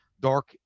dark